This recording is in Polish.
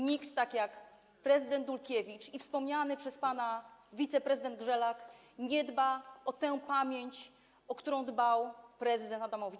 Nikt tak jak prezydent Dulkiewicz i wspomniany przez pana wiceprezydent Grzelak nie dba o tę pamięć, o którą dbał prezydent Adamowicz.